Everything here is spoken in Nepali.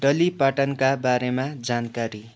डली पार्टनका बारेमा जानकारी